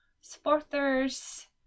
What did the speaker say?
supporters